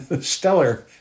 stellar